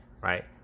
right